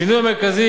השינוי המרכזי,